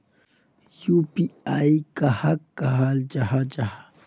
UPI कहाक कहाल जाहा जाहा?